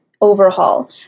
overhaul